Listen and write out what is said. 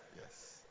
yes